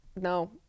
No